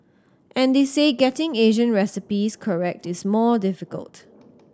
and they say getting Asian recipes correct is more difficult